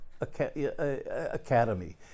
academy